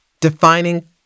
defining